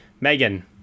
Megan